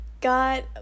got